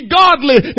godly